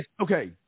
Okay